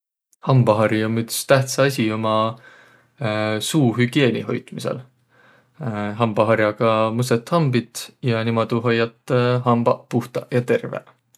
Hambahari om üts tähtsä asi uma suuhügieeni hoitmisõl. Hambahar'aga mõsõt hambit ja niimuudu hoiat hambaq puhtaq ja terveq.